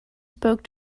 spoke